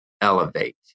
elevate